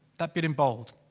that bit in bold.